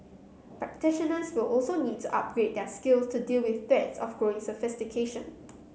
practitioners will also need to upgrade their skills to deal with threats of growing sophistication